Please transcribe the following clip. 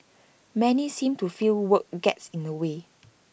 many seem to feel work gets in the way